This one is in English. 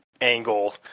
angle